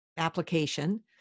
Application